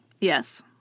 Yes